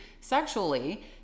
sexually